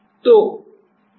तो यह है हम वापस जाते हैं